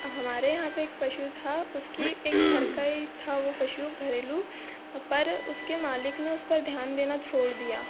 हमारे यहाँ पे एक पशु था उसकी एक घर का ही था वो पशु घरेलु पर उसके मालिक ने उस पर ध्यान देना छोड़ दिया